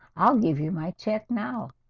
i'll give you my check now.